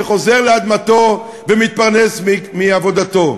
שחוזר לאדמתו ומתפרנס מעבודתו.